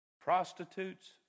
prostitutes